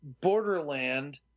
Borderland